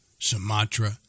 Sumatra